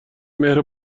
مهر